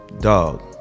dog